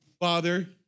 Father